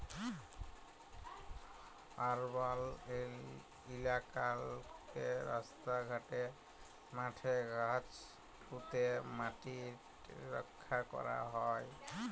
আরবাল ইলাকাললে রাস্তা ঘাটে, মাঠে গাহাচ প্যুঁতে ম্যাটিট রখ্যা ক্যরা হ্যয়